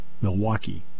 Milwaukee